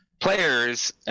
players